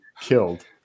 killed